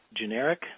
generic